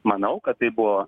manau kad tai buvo